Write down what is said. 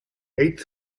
eighth